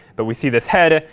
but we see this head,